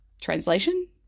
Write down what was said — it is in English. translation